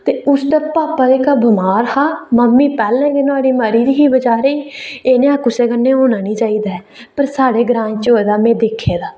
उसदा पापा जेह्का बमार हा मम्मी पैह्ले गे नुआढ़ी मरी दी ही बेचारी एह् नेहा कुसै कन्नै होना नेईं चाहिदी पर साढ़े ग्रां च होए दा ऐ मीं दिक्खे दा ऐ